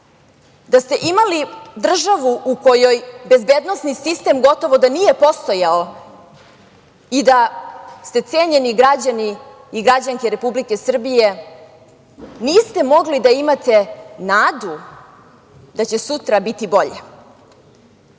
da ste imali državu u kojoj bezbednosni sistem gotovo da nije postojao i da, cenjeni građani i građanke Republike Srbije, niste mogli da imate nadu da će sutra biti bolje.Za